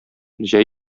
җәй